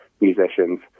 musicians